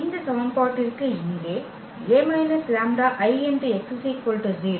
இந்த சமன்பாட்டிற்கு இங்கே A − λIx 0